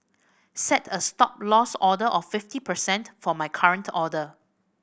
set a Stop Loss order of fifty percent for my current order